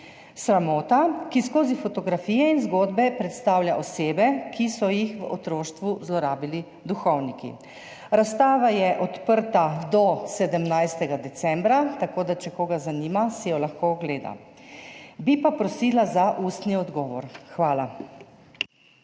sramota, ki skozi fotografije in zgodbe predstavlja osebe, ki so jih v otroštvu zlorabili duhovniki. Razstava je odprta do 17. decembra, tako da če koga zanima, si jo lahko ogleda. Bi pa prosila za ustni odgovor. Hvala.